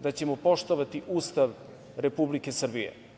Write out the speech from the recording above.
da ćemo poštovati Ustav Republike Srbije.